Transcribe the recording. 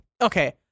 Okay